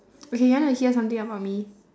okay you want to hear something about me